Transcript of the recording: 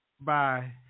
Bye